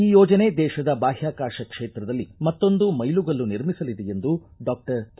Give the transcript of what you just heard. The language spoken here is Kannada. ಈ ಯೋಜನೆ ದೇಶದ ಬಾಹ್ಕಾಕಾಶ ಕ್ಷೇತ್ರದಲ್ಲಿ ಮತ್ತೊಂದು ಮೈಲುಗಲ್ಲು ನಿರ್ಮಿಸಲಿದೆ ಎಂದು ಡಾಕ್ಟರ್ ಕೆ